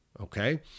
Okay